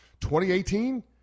2018